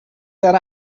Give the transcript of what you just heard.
that